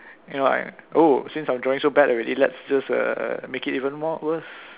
you know I oh since I'm drawing so bad already let's just err make it even more worse